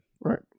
right